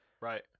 Right